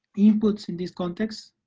inputs in this context?